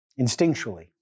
instinctually